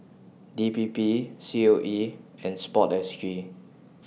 D P P C O E and Sport S G